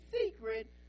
secret